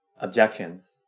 Objections